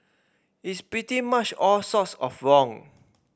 it's pretty much all sorts of wrong